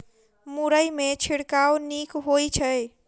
मुरई मे छिड़काव नीक होइ छै?